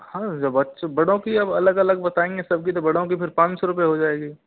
हाँ जो बच्चों बड़ों की अब अलग अलग बताएंगे सबकी तो बड़ों की फिर पाँच सौ रुपए हो जाएगी